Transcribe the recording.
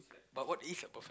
but what is a perfect